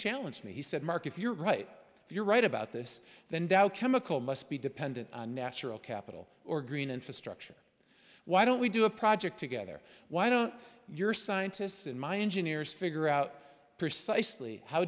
challenged me he said mark if you're right if you're right about this then dow chemical must be dependent on natural capital or green infrastructure why don't we do a project together why don't your scientists in my engineers figure out precisely how